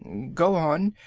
go on.